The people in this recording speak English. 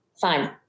fine